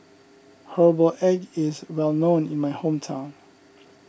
Herbal Egg is well known in my hometown